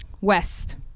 West